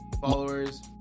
Followers